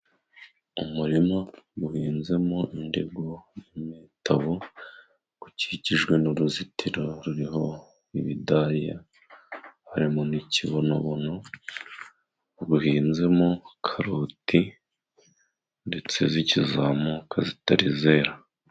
Umurima uhinzemo indego mu mitabo, ukikijwe n'uruzitiro ruriho ibidariya, harimo n'ikibonobono, uhinzemo karoti, ndetse zikizamuka, zitari zera.